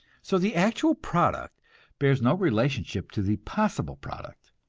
so the actual product bears no relationship to the possible product,